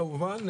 כמובן,